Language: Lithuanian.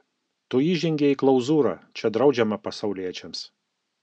tu įžengei į klauzūrą čia draudžiama pasauliečiams